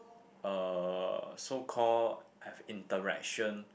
uh so call have interaction